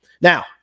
Now